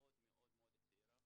מאוד מאוד צעירה.